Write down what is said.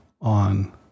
on